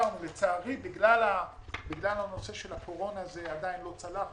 לצערי בגלל הנושא של הקורונה זה עדיין לא צלח.